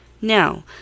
Now